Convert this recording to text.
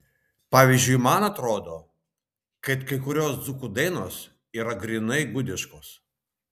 pavyzdžiui man atrodo kad kai kurios dzūkų dainos yra grynai gudiškos